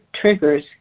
triggers